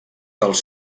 dels